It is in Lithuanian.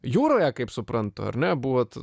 jūroje kaip suprantu ar ne buvot